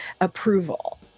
approval